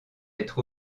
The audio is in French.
être